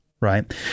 right